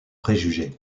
préjugés